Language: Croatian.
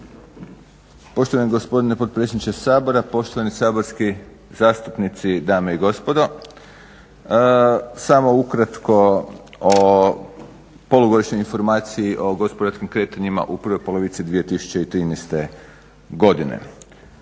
poštovani gospodine potpredsjedniče Sabora, poštovani saborski zastupnici dame i gospodo. Samo ukratko o Polugodišnjoj informaciji o gospodarskim kretanjima u prvoj polovici 2013. godine.